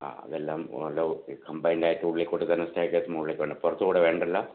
ആ അതെല്ലാം എല്ലാം കമ്പൈൻഡ് ആയിട്ട് ഉള്ളിൽ കൂടെ തന്നെ സ്റ്റെയർക്കേസ് മുകളിലേക്ക് വേണം പുറത്തുകൂടി വേണ്ടല്ലോ